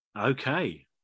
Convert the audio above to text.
okay